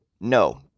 no